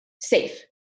safe